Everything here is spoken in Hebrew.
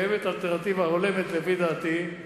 קיימת אלטרנטיבה הולמת לפי דעתי,